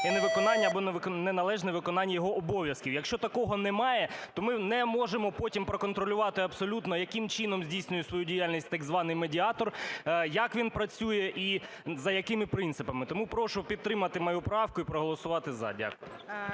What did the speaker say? і невиконання або неналежне виконання його обов'язків. Якщо такого немає, то ми не можемо потім проконтролювати абсолютно, яким чином здійснює свою діяльність так званий медіатор, як він працює і за якими принципами. Тому прошу підтримати мою правку і проголосувати "за". Дякую.